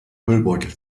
müllbeutel